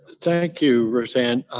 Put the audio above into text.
thank you, ruth ann.